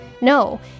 No